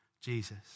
Jesus